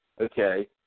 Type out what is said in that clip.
okay